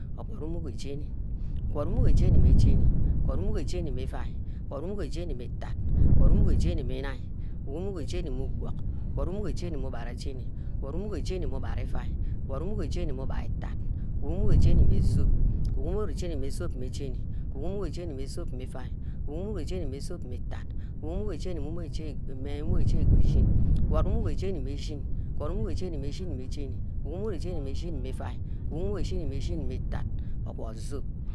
Ogwod umogo jenu, ogwod umogo jeni meh jeni, ogwod umuogo jeni mmeh iuai, ogwod umogo jeni meh itat, ugwod umogo jemi meh inine, ogwod umogo jeni meh ubuck, ogwod umogo jeni meh ubara jeni, ogwod umogo jeni ubara iuai, ogwod umugo jeni meh ubara itat, ogwod umogo jeni meh zup, ogwod umogo jeni meh zup mmeh jeni, ogwod umogo jeni meh zup meh iuai, ogwod umogo jeni, umogo jeni meh shin meh iuai, ogwod umogo shin meh shin meh itat, ogwod zup.